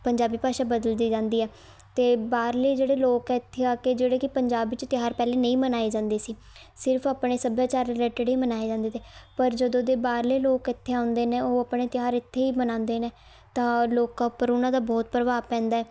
ਪੰਜਾਬੀ ਭਾਸ਼ਾ ਬਦਲਦੀ ਜਾਂਦੀ ਆ ਅਤੇ ਬਾਹਰਲੇ ਜਿਹੜੇ ਲੋਕ ਇੱਥੇ ਆ ਕੇ ਜਿਹੜੇ ਕਿ ਪੰਜਾਬ ਵਿੱਚ ਤਿਉਹਾਰ ਪਹਿਲੇ ਨਹੀਂ ਮਨਾਏ ਜਾਂਦੇ ਸੀ ਸਿਰਫ ਆਪਣੇ ਸੱਭਿਆਚਾਰ ਰਿਲੇਟਿਡ ਹੀ ਮਨਾਏ ਜਾਂਦੇ ਤੇ ਪਰ ਜਦੋਂ ਦੇ ਬਾਹਰਲੇ ਲੋਕ ਇੱਥੇ ਆਉਂਦੇ ਨੇ ਉਹ ਆਪਣੇ ਤਿਉਹਾਰ ਇੱਥੇ ਹੀ ਮਨਾਉਂਦੇ ਨੇ ਤਾਂ ਲੋਕਾਂ ਉੱਪਰ ਉਹਨਾਂ ਦਾ ਬਹੁਤ ਪ੍ਰਭਾਵ ਪੈਂਦਾ